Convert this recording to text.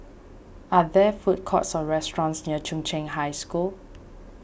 are there food courts or restaurants near Chung Cheng High School